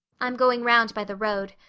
i'm going round by the road.